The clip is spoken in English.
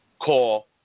call